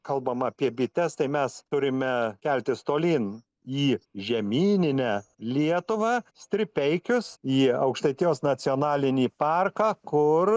kalbam apie bites tai mes turime keltis tolyn į žemyninę lietuvą stripeikius j aukštaitijos nacionalinį parką kur